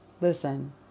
Listen